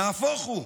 נהפוך הוא,